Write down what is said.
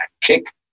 kick